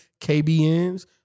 KBN's